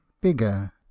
bigger